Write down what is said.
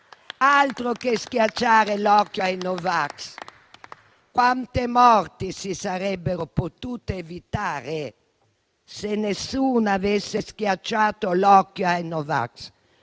Altro che strizzare l'occhio ai no vax! Quante morti si sarebbero potute evitare, se nessuno avesse strizzato l'occhio ai no vax,